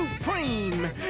supreme